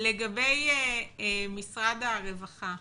לגבי משרד הרווחה,